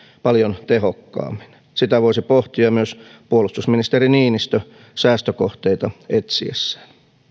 paljon tehokkaammin sitä voisi pohtia myös puolustusministeri niinistö säästökohteita etsiessään